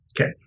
okay